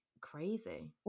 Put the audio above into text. crazy